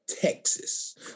Texas